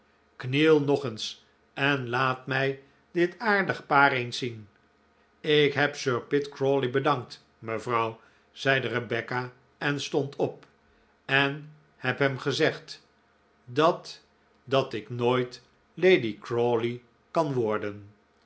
kniel nog eens en laat mij dit aardige paar eens zien ik heb sir pitt crawley bedankt mevrouw zeide rebecca en stond op en heb hem gezegd dat dat ik nooit lady crawley kan worden